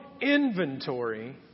inventory